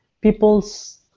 people's